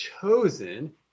chosen